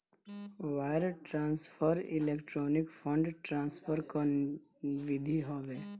wire transfer electronic fund transfer कअ विधि हवे